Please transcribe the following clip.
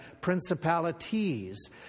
principalities